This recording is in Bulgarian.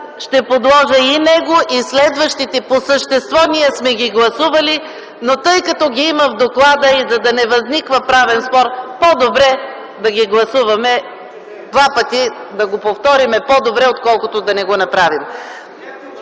ще подложа и него, и следващите. По същество ние сме ги гласували, но тъй като ги има в доклада и за да не възниква правен спор, по-добре да ги гласуваме два пъти. Да го повторим по-добре, отколкото да не го направим.